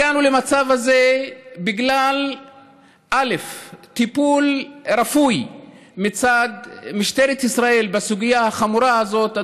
הגענו למצב הזה בגלל טיפול רפוי מצד משטרת ישראל בסוגיה החמורה הזאת,